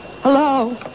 Hello